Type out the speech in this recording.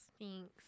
thanks